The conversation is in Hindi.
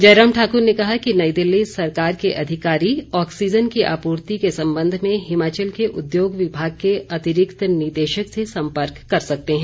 जयराम ठाकुर ने कहा कि नई दिल्ली सरकार के अधिकारी ऑक्सीजन की आपूर्ति के संबंध में हिमाचल के उद्योग विभाग के अतिरिक्त निदेशक से संपर्क कर सकते हैं